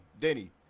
Denny